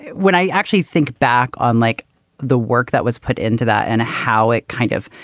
when i actually think back on like the work that was put into that and how it kind of